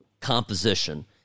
composition